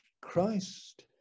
christ